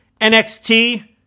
NXT